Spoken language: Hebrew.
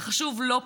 וחשוב לא פחות,